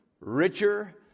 richer